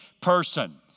person